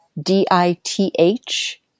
D-I-T-H